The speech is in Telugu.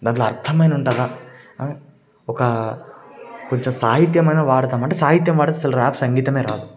దాంట్లో అర్దమైన ఉండాల ఒక కొంచెం సాహిత్యమైనా వాడతాం అంటే సాహిత్యం వాడితే అసలు రాదు సంగీతమే రాదు